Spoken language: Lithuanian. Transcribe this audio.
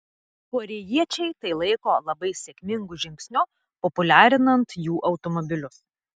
korėjiečiai tai laiko labai sėkmingu žingsniu populiarinant jų automobilius